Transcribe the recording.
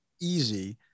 easy